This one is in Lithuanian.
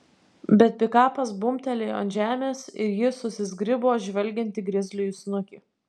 bet pikapas bumbtelėjo ant žemės ir ji susizgribo žvelgianti grizliui į snukį